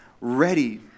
ready